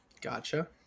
Gotcha